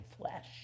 flesh